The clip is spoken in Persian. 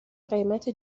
قیمت